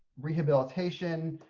rehabilitation,